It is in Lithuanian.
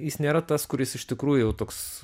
jis nėra tas kuris iš tikrųjų jau toks